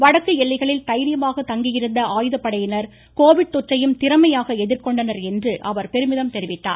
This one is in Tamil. வடக்கு எல்லைகளில் தைரியமாக தங்கியிருந்த ஆயுதப்படையினர் கோவிட் தொற்றையும் திறமையாக எதிர்கொண்டனர் என்று பெருமிதம் தெரிவித்தார்